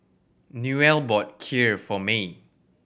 Newell bought Kheer for May